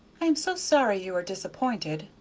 i am so sorry you are disappointed,